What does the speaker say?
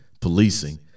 policing